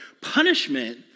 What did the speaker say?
Punishment